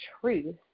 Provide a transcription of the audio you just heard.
truth